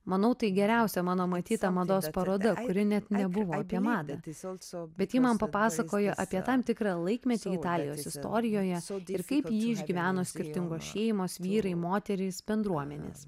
manau tai geriausia mano matyta mados paroda kuri net nebuvo apie madą bet ji man papasakojo apie tam tikrą laikmetį italijos istorijoje ir kaip jį išgyveno skirtingos šeimos vyrai moterys bendruomenės